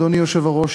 אדוני היושב-ראש,